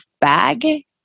bag